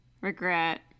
regret